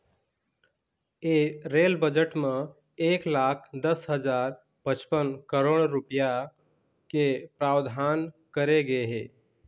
ए rail budget म एक लाख दस हजार पचपन करोड़ रूपिया के प्रावधान करे गे हे